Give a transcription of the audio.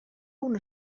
una